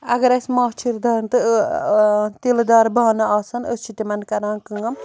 اَگر اَسہِ ماچھِر دان تہٕ تِلہٕ دار بانہٕ آسَن أسۍ چھِ تِمَن کَران کٲم